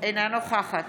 אינה נוכחת